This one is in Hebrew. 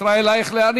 ישראל אייכלר,